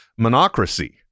monocracy